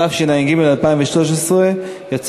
התשע"ג 2013, קריאה ראשונה.